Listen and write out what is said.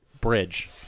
bridge